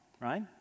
right